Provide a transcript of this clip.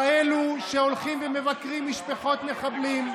כאלה שהולכים ומבקרים משפחות מחבלים,